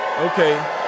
Okay